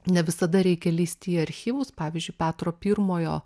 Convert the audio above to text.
ne visada reikia lįsti į archyvus pavyzdžiui petro pirmojo